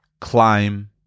climb